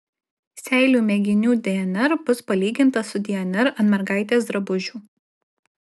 seilių mėginių dnr bus palyginta su dnr ant mergaitės drabužių